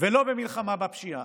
ולא במלחמה בפשיעה.